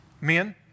Men